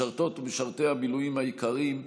משרתות ומשרתי המילואים היקרים,